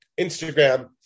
Instagram